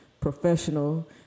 professional